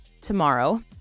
tomorrow